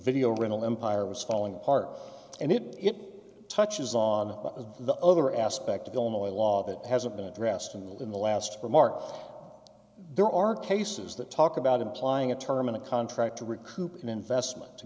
video rental empire was falling apart and it touches on the other aspect of illinois law that hasn't been addressed in the in the last remark there are cases that talk about applying a term and contract to recoup an investment to